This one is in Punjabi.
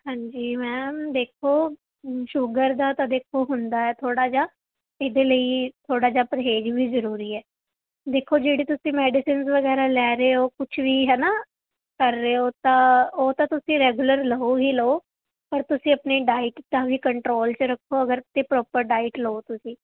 ਹਾਂਜੀ ਮੈਮ ਦੇਖੋ ਸ਼ੂਗਰ ਦਾ ਤਾਂ ਦੇਖੋ ਹੁੰਦਾ ਹੈ ਥੋੜ੍ਹਾ ਜਿਹਾ ਇਹਦੇ ਲਈ ਥੋੜ੍ਹਾ ਜਿਹਾ ਪਰਹੇਜ਼ ਵੀ ਜ਼ਰੂਰੀ ਹੈ ਦੇਖੋ ਜਿਹੜੀ ਤੁਸੀਂ ਮੈਡੀਸਿਨਸ ਵਗੈਰਾ ਲੈ ਰਹੇ ਹੋ ਕੁਛ ਵੀ ਹੈ ਨਾ ਕਰ ਰਹੇ ਹੋ ਤਾਂ ਉਹ ਤਾਂ ਤੁਸੀਂ ਰੈਗੂਲਰ ਲਓ ਹੀ ਲਓ ਔਰ ਤੁਸੀਂ ਆਪਣੀ ਡਾਇਟ ਤਾਂ ਵੀ ਕੰਟਰੋਲ 'ਚ ਰੱਖੋ ਅਗਰ ਤਾਂ ਪ੍ਰੋਪਰ ਡਾਇਟ ਲਓ ਤੁਸੀਂ